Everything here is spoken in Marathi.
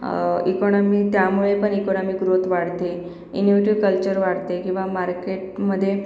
इकोनॉमी त्यामुळे पण इकोनॉमी ग्रोथ वाढते इनोवेटिव कल्चर वाढते किंवा मार्केटमध्ये